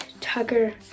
Tucker